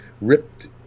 ripped